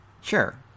Sure